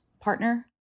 partner